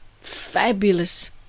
fabulous